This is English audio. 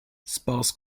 sparse